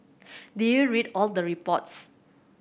did you read all the reports